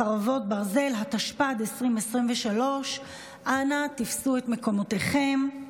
חרבות ברזל), התשפ"ד 2023. אנא תפסו את מקומותיכם.